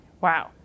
Wow